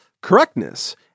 correctness